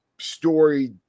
story